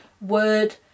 word